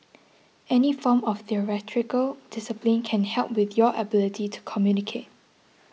any form of theatrical discipline can help with your ability to communicate